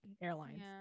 airlines